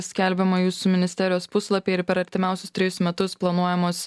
skelbiama jūsų ministerijos puslapy ir per artimiausius trejus metus planuojamos